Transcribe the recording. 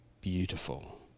beautiful